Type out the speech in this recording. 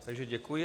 Takže děkuji.